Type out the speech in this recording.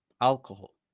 alcohol